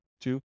Two